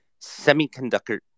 semiconductor